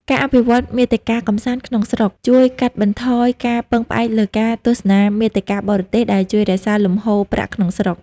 ការអភិវឌ្ឍន៍មាតិកាកម្សាន្តក្នុងស្រុក ជួយកាត់បន្ថយការពឹងផ្អែកលើការទស្សនាមាតិកាបរទេស ដែលជួយរក្សាលំហូរប្រាក់ក្នុងស្រុក។